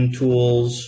tools